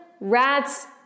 rat's